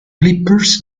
clippers